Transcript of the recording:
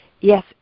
Yes